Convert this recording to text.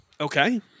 okay